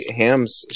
ham's